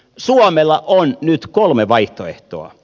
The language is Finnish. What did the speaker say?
suomella on nyt kolme vaihtoehtoa